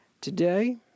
Today